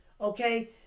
okay